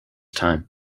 time